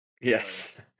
Yes